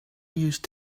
use